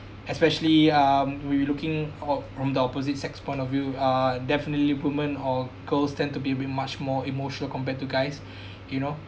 especially um we're we're looking how about from the opposite sex point of view uh definitely women or girls tend to be a bit much more emotional compared to guys you know